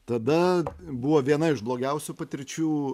tada buvo viena iš blogiausių patirčių